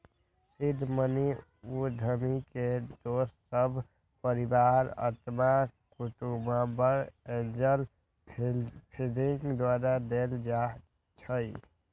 seed money उद्यमी के दोस सभ, परिवार, अत्मा कुटूम्ब, एंजल फंडिंग द्वारा देल जाइ छइ